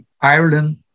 Ireland